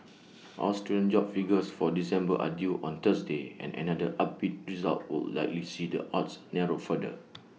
Australian jobs figures for December are due on Thursday and another upbeat result would likely see the odds narrow further